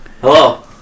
hello